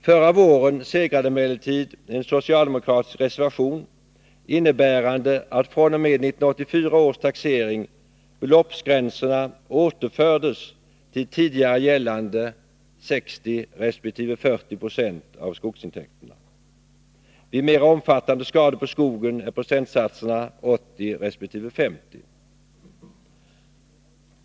Förra våren vann emellertid en socialdemokratisk reservation kammarens bifall, innebärande att beloppsgränserna fr.o.m. 1984 års taxering återförs till tidigare gällande 60 resp. 40 26 av skogsintäkterna. Vid mera omfattande skador på skogen är procentsatserna 80 resp. 50.